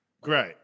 Great